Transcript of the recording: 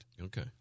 Okay